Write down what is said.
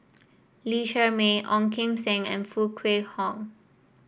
Lee Shermay Ong Kim Seng and Foo Kwee Horng